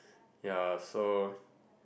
ya so